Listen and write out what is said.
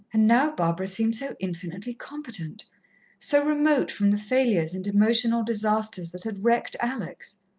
and now barbara seemed so infinitely competent so remote from the failures and emotional disasters that had wrecked alex.